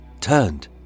turned